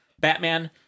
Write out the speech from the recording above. Batman